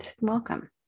welcome